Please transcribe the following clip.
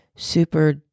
super